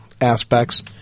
aspects